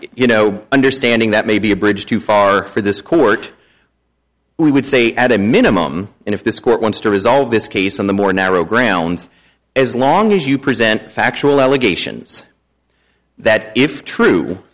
you know understanding that may be a bridge too far for this court we would say at a minimum and if this court wants to resolve this case on the more narrow grounds as long as you present factual allegations that if true